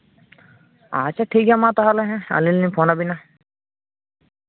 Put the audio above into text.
ᱟᱪᱪᱷᱟ ᱴᱷᱤᱠ ᱜᱮᱭᱟ ᱢᱟ ᱛᱟᱦᱞᱮ ᱦᱮᱸ ᱟᱹᱞᱤᱧ ᱞᱤᱧ ᱯᱷᱳᱱ ᱟᱵᱮᱱᱟ